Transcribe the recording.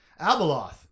Abeloth